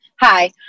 Hi